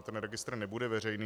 Ten registr nebude veřejný.